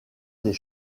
les